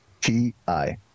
T-I